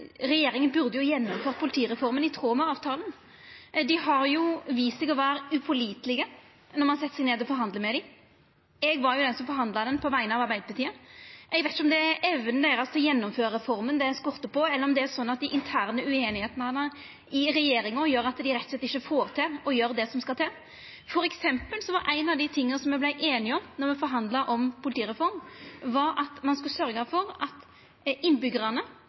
regjeringa burde gjennomført politireforma i tråd med avtalen. Dei har vist seg å vera upålitelege når ein set seg ned og forhandlar med dei. Eg var den som forhandla den på vegner av Arbeidarpartiet. Eg veit ikkje om det er evna deira til å gjennomføra reforma det skortar på, eller om dei interne ueinigheitene i regjeringa gjer at dei rett og slett ikkje får til å gjera det som skal til. For eksempel var ein av dei tinga som me vart einige om då me forhandla om politireform, at ein skulle sørgja for at